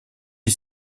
est